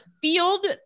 field